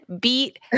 beat